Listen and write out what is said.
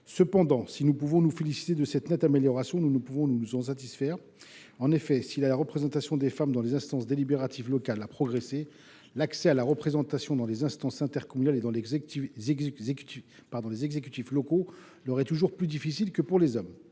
Toutefois, si nous pouvons nous féliciter de cette nette amélioration, nous ne pouvons nous en satisfaire. Certes, la représentation des femmes dans les instances délibératives locales a progressé, mais l’accès à la représentation dans les instances intercommunales et dans les exécutifs locaux leur est toujours plus difficile que pour les hommes.